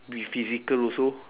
be physical also